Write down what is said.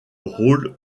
rôle